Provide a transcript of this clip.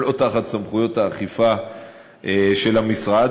הם לא תחת סמכויות האכיפה של המשרד,